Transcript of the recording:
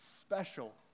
special